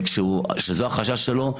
שזה החשש שלו,